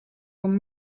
com